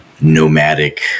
nomadic